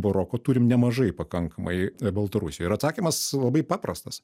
baroko turim nemažai pakankamai baltarusijoj ir atsakymas labai paprastas